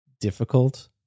difficult